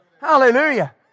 Hallelujah